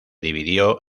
dividió